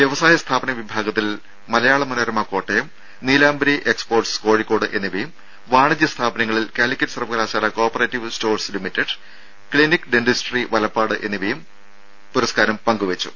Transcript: വ്യവസായ സ്ഥാപന വിഭാഗത്തിൽ മലയാള മനോരമ കോട്ടയം നീലാംബരി എക്സ്പോർട്ട്സ് കോഴിക്കോട് എന്നിവയും വാണിജ്യ സ്ഥാപനങ്ങളിൽ കാലിക്കറ്റ് സർവകലാശാല cooperative stores limited clinic dentistry Valappad എന്നിവയും പങ്കുവെച്ചു